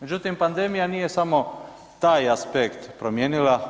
Međutim, pandemija nije samo taj aspekt promijenila.